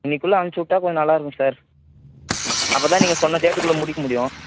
இன்னைக்குள்ளே அமுச்சுவிட்டா கொஞ்ச நல்லா இருக்கும் சார் அப்போ தான் நீங்கள் சொன்ன டேட்டுக்குள்ளே முடிக்க முடியும்